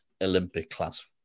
Olympic-class